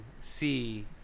see